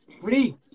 Free